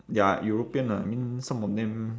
ya european lah I mean some of them